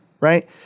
right